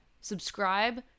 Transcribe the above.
Subscribe